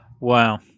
wow